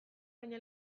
baina